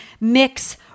mix